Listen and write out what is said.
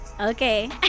okay